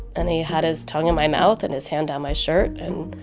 and he had his tongue in my mouth and his hand down my shirt. and